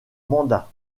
mandat